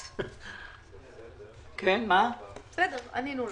ההון ולא יחול רטרואקטיבית רק על החדשים.